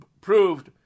proved